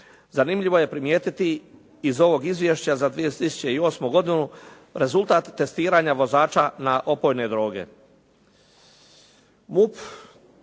zanimljivo je primijetiti iz ovog izvješća za 2008. godinu rezultat testiranja vozača na opojne droge.